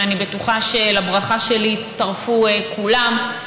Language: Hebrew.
ואני בטוחה שלברכה שלי יצטרפו כולם.